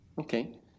Okay